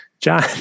John